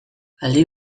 aldi